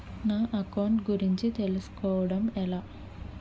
నా అకౌంట్ గురించి తెలుసు కోవడం ఎలా?